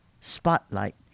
spotlight